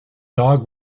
dog